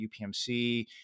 UPMC